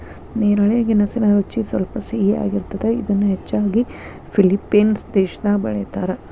ನೇರಳೆ ಗೆಣಸಿನ ರುಚಿ ಸ್ವಲ್ಪ ಸಿಹಿಯಾಗಿರ್ತದ, ಇದನ್ನ ಹೆಚ್ಚಾಗಿ ಫಿಲಿಪೇನ್ಸ್ ದೇಶದಾಗ ಬೆಳೇತಾರ